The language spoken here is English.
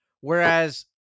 whereas